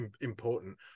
important